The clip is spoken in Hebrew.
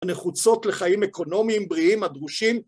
הנחוצות לחיים אקונומיים בריאים הדרושים